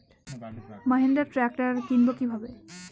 Mahindra tractor কিনবো কি ভাবে?